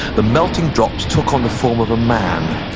the melting drops took on the form of a man.